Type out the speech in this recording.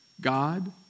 God